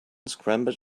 scrambled